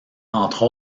entre